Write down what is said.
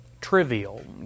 trivial